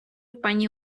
пані